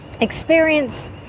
Experience